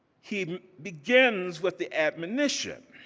he begins with the admonition